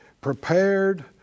prepared